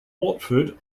watford